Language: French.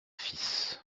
fils